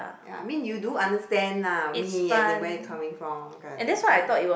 ya I mean you do understand lah me as in where it coming from that kind of thing so you